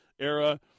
era